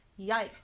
Yikes